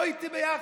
בוא איתי ביחד,